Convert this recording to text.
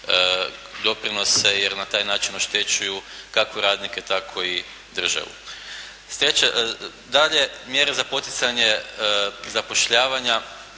doprinose, jer na taj način oštećuju kako radnike tako i državu. Dalje mjere za poticanje zapošljavanja